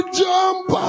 jump